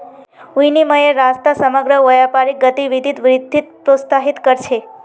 विनिमयेर रास्ता समग्र व्यापारिक गतिविधित वृद्धिक प्रोत्साहित कर छे